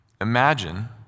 Imagine